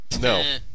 No